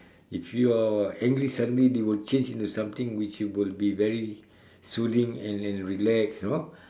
if you're angry suddenly they will change into something which you will be very soothing and and relax you know